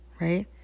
right